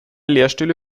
lehrstühle